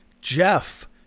Jeff